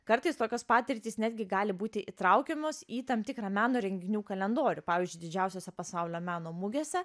kartais tokios patirtys netgi gali būti įtraukiamos į tam tikrą meno renginių kalendorių pavyzdžiui didžiausiose pasaulio meno mugėse